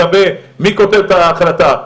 מי כותב את ההחלטה,